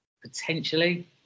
Potentially